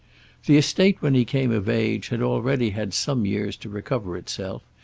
the estate when he came of age had already had some years to recover itself,